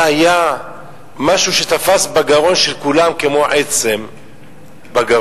זה היה משהו שתפס בגרון של כולם כמו עצם בגרון,